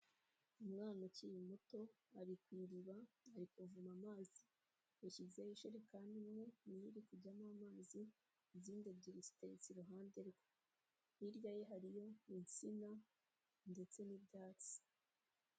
Umwana ukiri muto ari ku iriba, ari kuvoma amazi, yashyizeho ijerekani imwe, imwe iri kujyamo amazi, izindi ebyiri ziteretse iruhande rwe. Hirya ye hariyo insina ndetse n'ibyatsi.